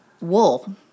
wool